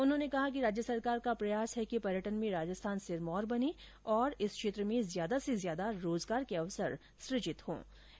उन्होंने कहा कि राज्य सरकार का प्रयास है कि पर्यटन में राजस्थान सिरमौर बने और इस क्षेत्र में ज्यादा से ज्यादा रोजगार के अवसर सुजित हो सकें